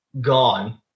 gone